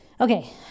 Okay